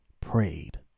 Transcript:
prayed